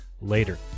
later